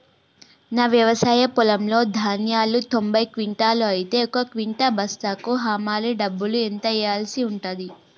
నా వ్యవసాయ పొలంలో ధాన్యాలు తొంభై క్వింటాలు అయితే ఒక క్వింటా బస్తాకు హమాలీ డబ్బులు ఎంత ఇయ్యాల్సి ఉంటది?